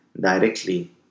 directly